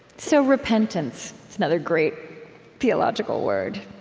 so repentance is another great theological word.